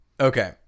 Okay